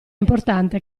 importante